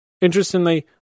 Interestingly